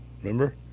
Remember